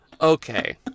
Okay